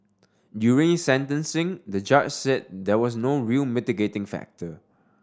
during sentencing the judge said there was no real mitigating factor